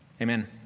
Amen